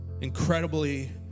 incredibly